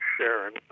Sharon